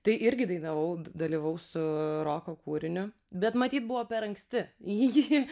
tai irgi dainavau dalyvavau su roko kūriniu bet matyt buvo per anksti jį